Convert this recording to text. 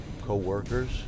co-workers